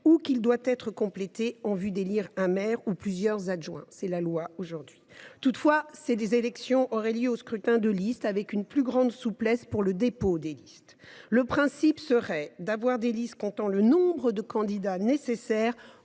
ou qu’il doit être complété en vue d’élire le maire ou plusieurs adjoints. Toutefois, ces élections auraient lieu au scrutin de liste, avec une plus grande souplesse pour le dépôt des listes. Si le principe est d’avoir des listes comportant le nombre de candidats nécessaire